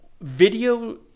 video